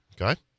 Okay